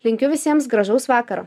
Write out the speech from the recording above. linkiu visiems gražaus vakaro